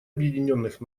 объединенных